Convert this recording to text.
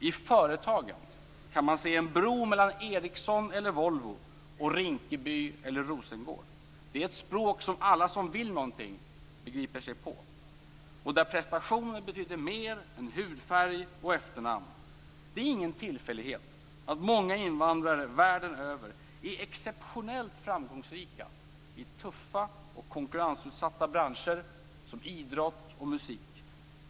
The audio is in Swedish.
I företagen kan man se en bro mellan Ericsson eller Volvo och Rinkeby eller Rosengård. Det är ett språk som alla som vill något begriper sig på. Där betyder prestationer mer än hudfärg och efternamn. Det är ingen tillfällighet att många invandrare världen över är exceptionellt framgångsrika i tuffa och konkurrensutsatta branscher som idrott och musik.